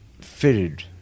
fitted